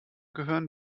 gehören